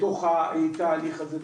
בתוך התהליך הזה.